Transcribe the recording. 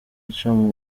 ica